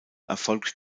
erfolgt